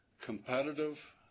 competitive